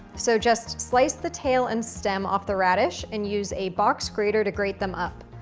so just slice the tail and stem off the radish and use a box grater to grate them up.